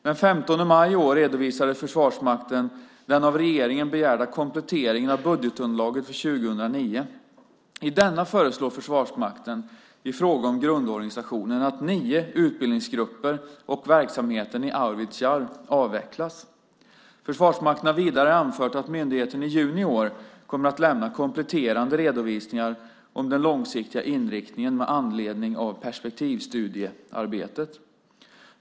Den 15 maj i år redovisade Försvarsmakten den av regeringen begärda kompletteringen av budgetunderlaget för 2009. I denna föreslår Försvarsmakten i fråga om grundorganisationen att nio utbildningsgrupper och verksamheten i Arvidsjaur avvecklas. Försvarsmakten har vidare anfört att myndigheten i juni i år kommer att lämna kompletterande redovisningar om den långsiktiga inriktningen med anledning av perspektivstudiearbetet.